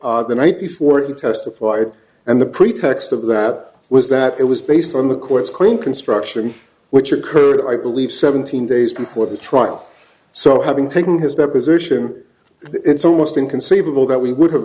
until the night before he testified and the pretext of that was that it was based on the court's claim construction which occurred i believe seventeen days before the trial so having taken his deposition it's almost inconceivable that we would have